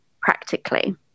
practically